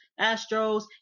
Astros